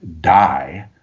die